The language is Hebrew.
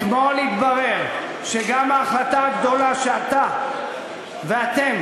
אתמול התברר שגם ההחלטה הגדולה שאתה ואתם